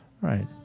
Right